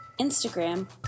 Instagram